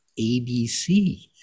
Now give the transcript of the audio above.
ABC